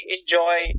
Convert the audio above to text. enjoy